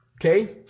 Okay